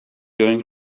going